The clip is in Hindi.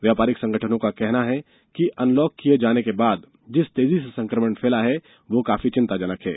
व्यापारिक संगठनों का कहना है कि अनलॉक किए जाने के बाद जिस तेजी से संक्रमण फैला है वह काफी चिंताजनक है